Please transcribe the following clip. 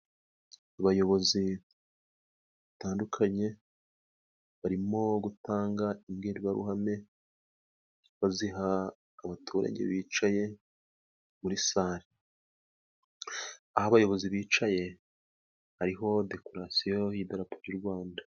Abayobozi batandukanye, barimo gutanga imbwiruhame, baziha abaturage bicaye muri sare, aho abayobozi bicaye hariho decorasiyo n'idararo ry'urwanda.